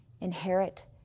inherit